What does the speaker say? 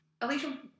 Alicia